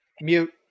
mute